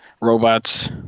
robots